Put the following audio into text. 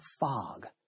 fog